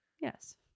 Yes